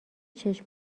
چشم